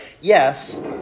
Yes